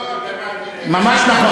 ממש נכון.